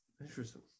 Interesting